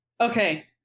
Okay